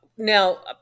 Now